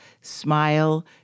Smile